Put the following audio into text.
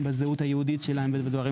בזהות היהודית שלהם וכו'.